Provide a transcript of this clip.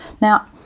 Now